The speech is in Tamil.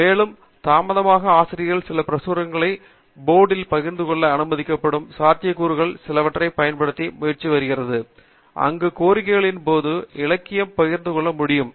மேலும் தாமதமாக ஆசிரியர்களின் சில பிரசுரங்களை ஒரு போர்ட்டில் பகிர்ந்து கொள்ள அனுமதிக்கப்படும் சாத்தியக்கூறுகள் சிலவற்றைப் பயன்படுத்த முயற்சித்து வருகிறது அங்கு கோரிக்கையின் போது இலக்கியத்தை பகிர்ந்து கொள்ள முடியும்